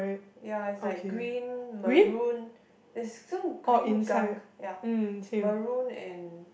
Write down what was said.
ya is like green maroon there's some green gunk ya maroon and